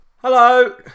Hello